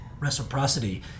reciprocity